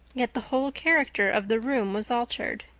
yet the whole character of the room was altered.